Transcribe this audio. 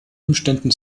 umständen